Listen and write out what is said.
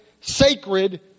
sacred